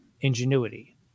ingenuity